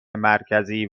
مرکزی